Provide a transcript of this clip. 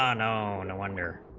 um known wonder